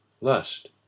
lust